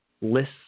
lists